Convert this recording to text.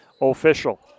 official